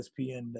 ESPN